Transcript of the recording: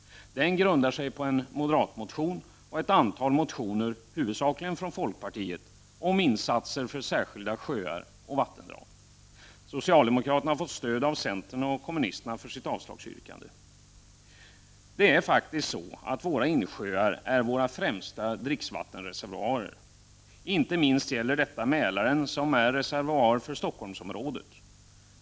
I botten finns en moderat motion och ett antal motioner, huvudsakligen från folkpartiet, om insatser när det gäller särskilda sjöar och vattendrag. Socialdemokraterna har fått stöd från centern och kommunisterna för sitt avslagsyrkande. Det är faktiskt så, att våra insjöar är våra främsta dricksvattenreservoarer. Inte minst gäller detta Mälaren, som är reservoar för Stockholmsområdet.